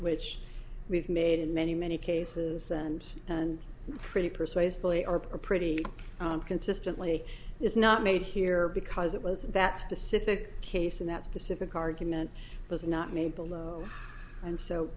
which we've made in many many cases and and pretty persuasively are pretty consistently is not made here because it was that specific case in that specific argument was not made below and so